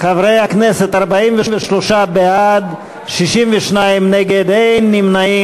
חברי הכנסת, 43 בעד, 62 נגד, אין נמנעים.